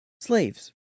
Slaves